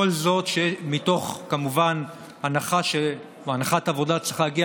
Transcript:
כל זאת מתוך הנחת עבודה שצריך להגיע